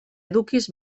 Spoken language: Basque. edukiz